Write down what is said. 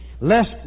Lest